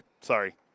sorry